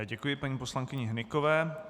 Děkuji Paní poslankyni Hnykové.